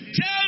Tell